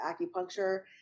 acupuncture